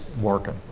working